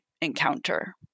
encounter